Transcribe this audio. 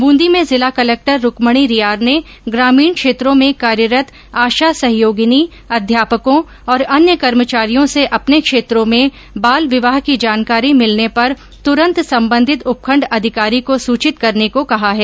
ब्रंदी में जिला कलेक्टर रूक्मणि रियार ने ग्रामीण क्षेत्रों में कार्यरत आशा सहयोगिनी अध्यापकों और अन्य कर्मचारियों से अपने क्षेत्रों में बाल विवाह की जानकारी मिलने पर तुरंत संबंधित उपखण्ड अधिकारी को सूचित करने को कहा है